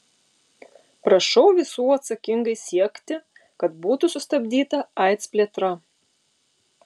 prašau visų atsakingai siekti kad būtų sustabdyta aids plėtra